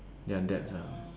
their dads ah